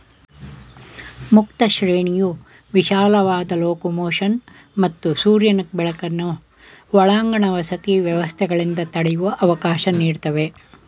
ಮುಕ್ತ ಶ್ರೇಣಿಯು ವಿಶಾಲವಾದ ಲೊಕೊಮೊಷನ್ ಮತ್ತು ಸೂರ್ಯನ ಬೆಳಕನ್ನು ಒಳಾಂಗಣ ವಸತಿ ವ್ಯವಸ್ಥೆಗಳಿಂದ ತಡೆಯುವ ಅವಕಾಶ ನೀಡ್ತವೆ